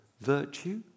Virtue